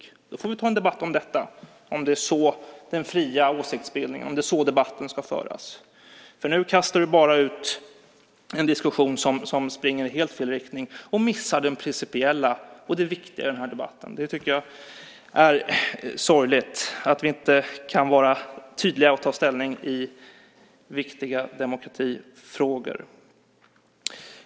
Om det är så debatten ska föras får vi ta en debatt om den fria åsiktsbildningen. Nu kastar du bara ut en diskussion som springer i helt fel riktning och missar det viktiga och det principiella i den här debatten. Det är sorgligt att vi inte kan vara tydliga och ta ställning i viktiga demokratifrågor.